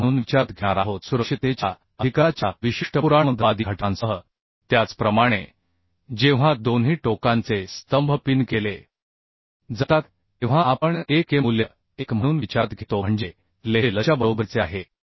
65 म्हणून सुरक्षिततेच्या घटकांसह अधिकाराच्या विशिष्ट पुराणमतवादी विचारात घेणार आहोत त्याचप्रमाणे जेव्हा दोन्ही टोकांचे स्तंभ पिन केले जातात तेव्हा आपण 1 K मूल्य 1 म्हणून विचारात घेतो म्हणजे Le हे L च्या बरोबरीचे आहे